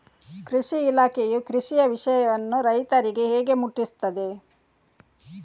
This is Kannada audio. ಕೃಷಿ ಇಲಾಖೆಯು ಕೃಷಿಯ ವಿಷಯವನ್ನು ರೈತರಿಗೆ ಹೇಗೆ ಮುಟ್ಟಿಸ್ತದೆ?